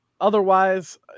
otherwise